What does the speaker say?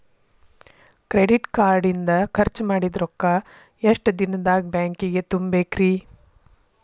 Credit card ಇಂದ್ ಖರ್ಚ್ ಮಾಡಿದ್ ರೊಕ್ಕಾ ಎಷ್ಟ ದಿನದಾಗ್ ಬ್ಯಾಂಕಿಗೆ ತುಂಬೇಕ್ರಿ?